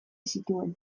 zituen